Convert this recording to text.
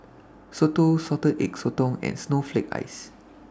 Soto Salted Egg Sotong and Snowflake Ice